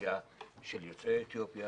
אוכלוסייה של יוצאי אתיופיה